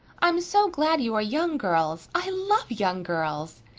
i'm so glad you are young girls. i love young girls.